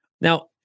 Now